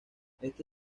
este